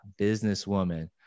businesswoman